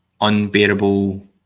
Unbearable